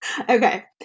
Okay